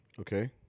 Okay